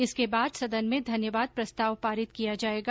इसके बाद सदन में धन्यवाद प्रस्ताव पारित किया जायेगा